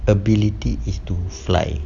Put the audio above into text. ability is to fly